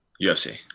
UFC